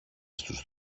στους